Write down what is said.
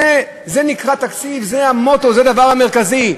שופכים את דמנו למענכם.